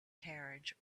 carriage